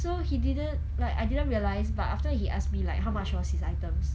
so he didn't like I didn't realise but after that he ask me like how much was his items